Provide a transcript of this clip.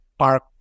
park